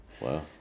Wow